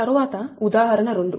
తరువాత ఉదాహరణ 2